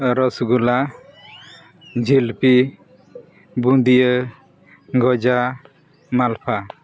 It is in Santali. ᱨᱚᱥᱜᱩᱞᱞᱟ ᱡᱷᱤᱞᱯᱤ ᱵᱩᱸᱫᱤᱭᱟᱹ ᱜᱚᱡᱟ ᱢᱟᱞᱯᱳᱣᱟ